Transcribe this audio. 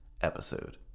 episode